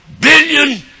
billion